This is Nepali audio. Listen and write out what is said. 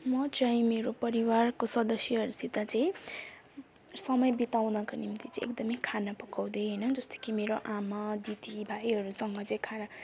म चाहिँ मेरो परिवारको सदस्यहरूसित चाहिँ समय बिताउनको निम्ति चाहिँ एकदमै खाना पकाउँदै हेइन जस्तो कि मेरो आमा दिदी भाइहरूसँग चाहिँ खाना